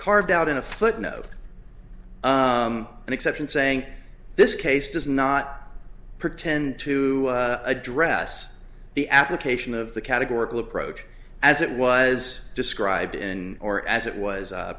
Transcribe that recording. carved out in a footnote an exception saying this case does not pretend to address the application of the categorical approach as it was described in or as it was